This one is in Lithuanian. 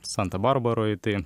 santa barbaroj tai